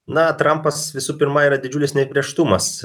na trampas visų pirma yra didžiulis neapibrėžtumas